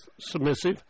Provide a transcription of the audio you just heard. submissive